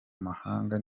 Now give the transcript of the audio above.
mahanga